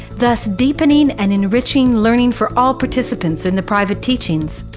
thus deepening and enriching learning for all participants in the private teachings.